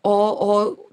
o o